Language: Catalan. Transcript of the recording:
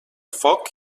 foc